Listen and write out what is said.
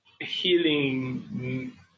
healing